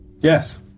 yes